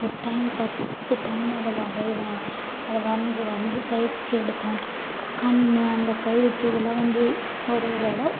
ஒரு டைம் பத்து டைம் அதை வரையிவேன் அதை வரைந்து வரைந்து பயிற்சி எடுப்பேன் இப்போ கண்ணு அந்த கழுத்து இதெலாம் வந்து ஒரு ஒரு இடம்